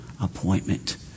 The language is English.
appointment